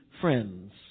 friends